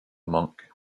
monk